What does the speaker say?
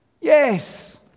Yes